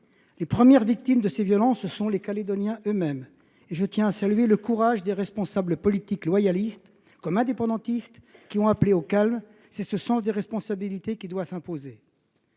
Les premières victimes de ces violences sont les Calédoniens eux mêmes. Je tiens à saluer le courage des responsables politiques, loyalistes comme indépendantistes, qui ont appelé au calme. C’est ce sens des responsabilités qui doit s’imposer.